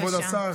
כבוד השר,